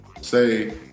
say